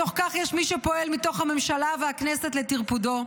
בתוך כך יש מי שפועל מתוך הממשלה והכנסת לטרפודו,